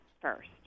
first